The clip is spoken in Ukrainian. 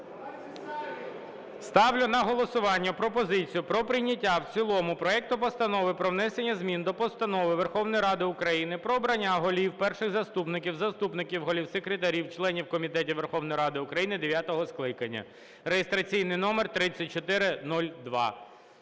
Ставлю на голосування пропозицію про прийняття в цілому проекту Постанови про внесення змін до Постанови Верховної Ради України "Про обрання голів, перших заступників, заступників голів, секретарів, членів комітетів Верховної Ради України дев’ятого скликання" (реєстраційний номер 3402).